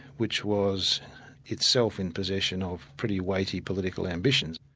which was itself in possession of pretty weighty political ambitions.